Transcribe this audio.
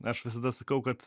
aš visada sakau kad